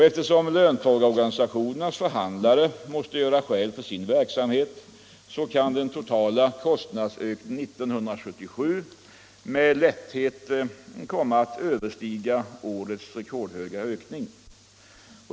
Eftersom löntagarorganisationernas förhandlare måste göra skäl för sin verksamhet kan den totala kostnadsökningen 1977 med lätthet komma att överstiga årets rekordhöga ökning.